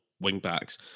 wing-backs